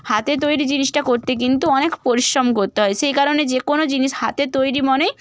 হাতে তৈরি জিনিসটা করতে কিন্তু অনেক পরিশ্রম করতে হয় সেই কারণে যেকোনো জিনিস হাতের তৈরি মানেই